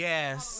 Yes